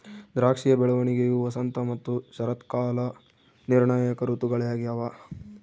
ದ್ರಾಕ್ಷಿಯ ಬೆಳವಣಿಗೆಯು ವಸಂತ ಮತ್ತು ಶರತ್ಕಾಲ ನಿರ್ಣಾಯಕ ಋತುಗಳಾಗ್ಯವ